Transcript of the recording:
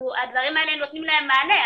הדברים האלה, אנחנו נותנים להם מענה.